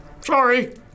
Sorry